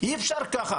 אי אפשר ככה.